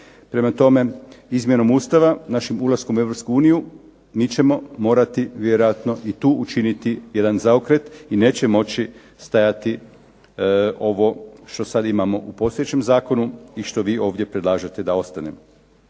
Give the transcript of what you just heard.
Prema tome, izmjenom Ustava našim ulaskom u EU mi ćemo morati vjerojatno i tu učiniti jedan zaokret i neće moći stajati ovo što sada imamo u postojećem zakonu i što vi predlažete da ostane.